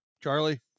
Charlie